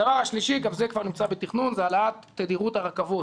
הדבר השלישי גם זה כבר נמצא בתכנון הוא העלאת תדירות הרכבות